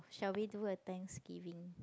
shall we do a Thanksgiving